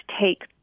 take